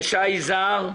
יזהר שי,